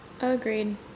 Agreed